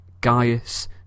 Gaius